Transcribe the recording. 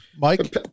Mike